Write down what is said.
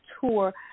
tour